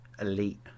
elite